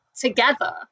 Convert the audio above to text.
together